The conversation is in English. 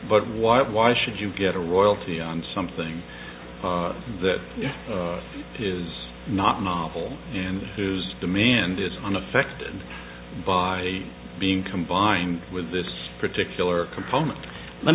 why why should you get a royalty on something that is not novel and whose demand is unaffected by being combined with this particular component let